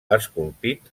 esculpit